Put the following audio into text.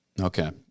Okay